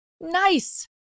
Nice